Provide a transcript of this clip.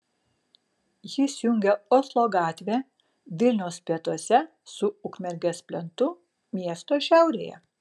jis jungia oslo gatvę vilniaus pietuose su ukmergės plentu miesto šiaurėje